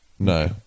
No